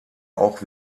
auch